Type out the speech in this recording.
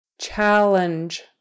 Challenge